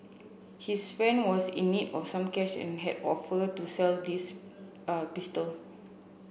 his friend was in need of some cash and had offered to sell this a pistol